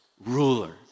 ruler